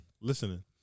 listening